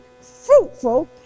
fruitful